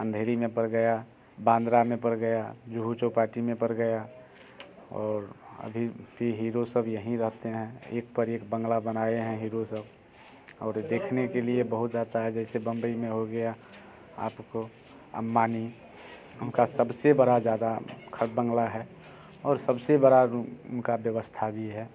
अँधेरी में पर गया बान्द्रा में पर गया जुहू चौपाटी में पर गया और अभी भी हीरो सब यहीं रहते हैं एक पर एक बंगला बनाए हैं हीरो सब और देखने के लिए बहुत आता है जैसे बम्बई में हो गया आपको अम्बानी उनका सबसे बड़ा ज़्यादा घर बंगला है और सबसे बड़ा उनका व्यवस्था भी है